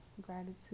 gratitude